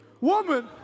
woman